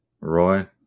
Roy